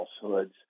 falsehoods